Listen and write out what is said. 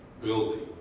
building